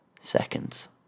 seconds